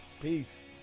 Peace